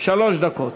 שלוש דקות.